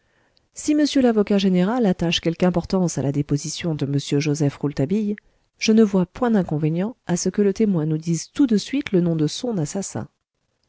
si monsieur l'avocat général attache quelque importance à la déposition de m joseph rouletabille je ne vois point d'inconvénient à ce que le témoin nous dise tout de suite le nom de son assassin